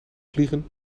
vliegen